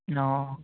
অঁ